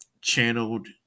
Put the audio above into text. channeled